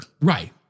Right